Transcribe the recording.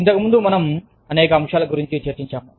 ఇంతకుముందు మనం అనేక అంశాల గురించి చర్చించాము